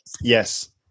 yes